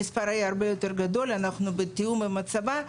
המספר הרבה יותר גדול, אנחנו בתיאום עם הצבא,